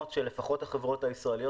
ככה חברות התעופה פחות תשתקמנה.